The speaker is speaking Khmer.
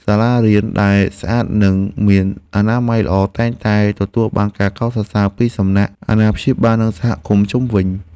សាលារៀនដែលស្អាតនិងមានអនាម័យល្អតែងតែទទួលបានការកោតសរសើរពីសំណាក់អាណាព្យាបាលនិងសហគមន៍ជុំវិញ។